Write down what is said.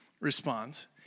responds